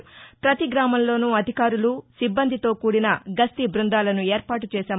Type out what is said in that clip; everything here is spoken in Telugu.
పతి గ్రామంలోనూ అధికారులు సిబ్బందితో కూడిన గస్తీ బ్బందాలను ఏర్పాటుచేశాం